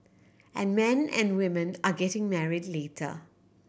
and men and women are getting married later